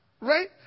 Right